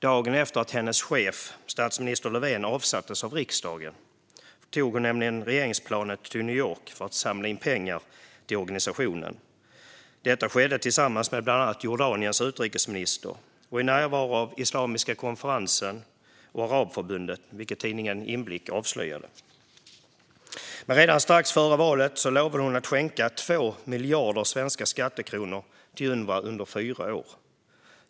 Dagen efter att hennes chef, statsminister Löfven, avsattes av riksdagen tog hon regeringsplanet till New York för att samla in pengar till organisationen. Det skedde tillsammans med bland andra Jordaniens utrikesminister och i närvaro av Islamiska konferensen och Arabförbundet, vilket tidningen Inblick avslöjat. Redan strax före valet lovade hon att skänka 2 miljarder svenska skattekronor till Unrwa under fyra år.